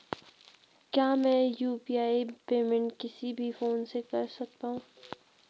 क्या मैं UPI payment किसी भी फोन से कर सकता हूँ?